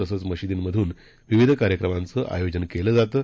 तसंच मशिदींमधून विविध कार्यक्रमांचं आयोजन केलं जातं